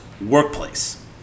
workplace